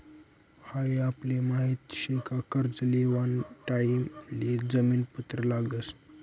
हाई आपले माहित शे का कर्ज लेवाना टाइम ले जामीन पत्र लागस